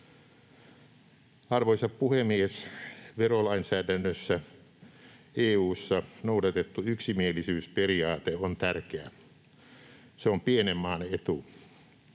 Arvoisa puhemies! Verolainsäädännössä EU:ssa noudatettu yksimielisyysperiaate on tärkeä — se on pienen maan etu.